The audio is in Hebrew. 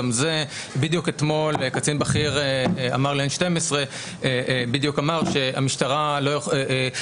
גם זה בדיוק אתמול קצין בכיר אמר לערוץ 2 שהמשטרה מתקשה